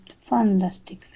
fantastic